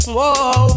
Whoa